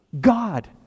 god